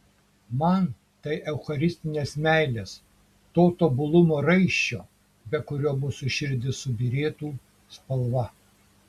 man tai eucharistinės meilės to tobulumo raiščio be kurio mūsų širdys subyrėtų spalva